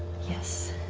yes.